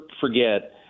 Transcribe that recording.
forget